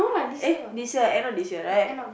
eh this year end of this year right